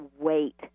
wait